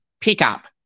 pickup